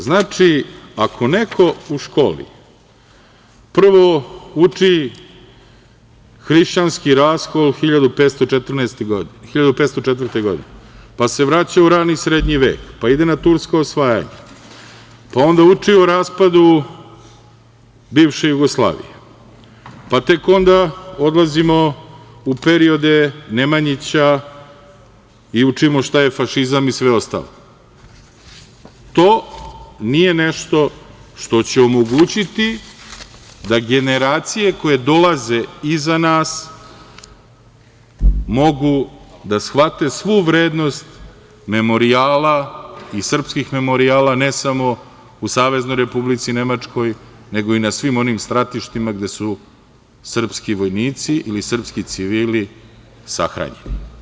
Znači, ako neko u školi prvo uči hrišćanski raskol 1504. godine, pa se vraća u rani srednji vek, pa ide na turska osvajanja, pa onda uči o raspadu bivše Jugoslavije, pa tek onda odlazimo u periode Nemanjića i učimo šta je fašizam i sve ostalo, to nije nešto što će omogućiti da generacije koje dolaze iza nas mogu da shvate svu vrednost memorijala i srpskih memorijala, ne samo u Saveznoj Republici Nemačkoj, nego i na svim onim stratištima gde su srpski vojnici ili srpski civili sahranjeni.